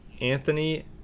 Anthony